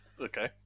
Okay